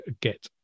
get